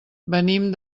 venim